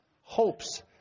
Hopes